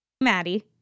Maddie